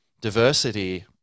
diversity